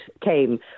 came